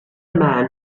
man